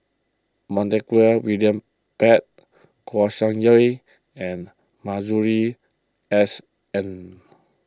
Montague William Pett Kouo Shang and Masuri S N